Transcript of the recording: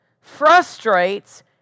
frustrates